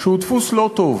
שהוא דפוס לא טוב.